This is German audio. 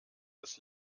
das